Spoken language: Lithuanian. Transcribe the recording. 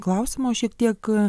klausimo šiek tiek